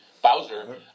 Bowser